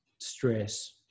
stress